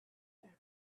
africa